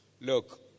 Look